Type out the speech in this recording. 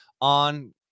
on